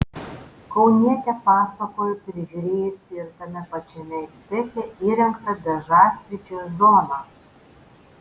kaunietė pasakojo prižiūrėjusi ir tame pačiame ceche įrengtą dažasvydžio zoną